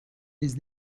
his